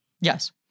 Yes